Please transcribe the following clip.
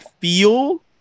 feel